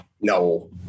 No